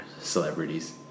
celebrities